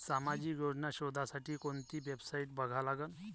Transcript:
सामाजिक योजना शोधासाठी कोंती वेबसाईट बघा लागन?